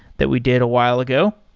that we did a while ago.